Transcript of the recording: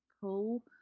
pull